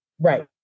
right